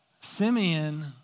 Simeon